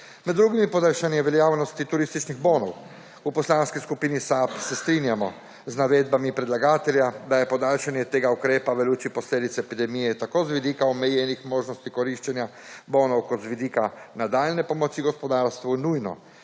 Med drugimi podaljšanje veljavnosti turističnih bonov. V poslanski skupini SAB se strinjamo z navedbami predlagatelja, da je podaljšanje tega ukrepa v luči posledic epidemije tako z vidika omejenih možnosti koriščenja bonov kot iz vidika nadaljnje pomoči gospodarstvu nujno,